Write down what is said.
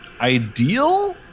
ideal